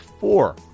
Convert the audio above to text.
four